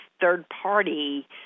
third-party